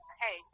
hey